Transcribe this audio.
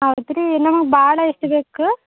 ಹೌದು ರೀ ನಮಗೆ ಭಾಳ ಎಷ್ಟು ಬೇಕು